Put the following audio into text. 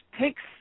takes